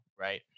right